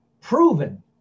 Proven